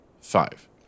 Five